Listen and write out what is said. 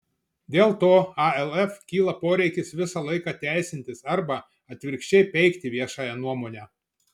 dėl to alf kyla poreikis visą laiką teisintis arba atvirkščiai peikti viešąją nuomonę